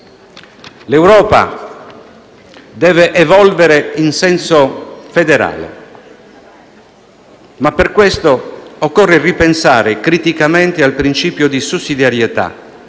L'Europa deve evolvere in senso federale, ma per questo occorre ripensare criticamente al principio di sussidiarietà,